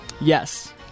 yes